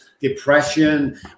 depression